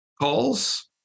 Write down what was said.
calls